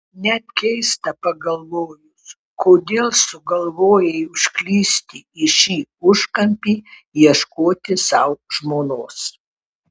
net keista pagalvojus kodėl sugalvojai užklysti į šį užkampį ieškoti sau žmonos